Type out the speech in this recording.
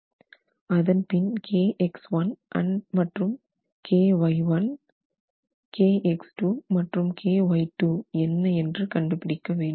அதன் பின் k x1 and k y1மற்றும் k x2 and k y2 என்ன என்று கண்டுபிடிக்க வேண்டும்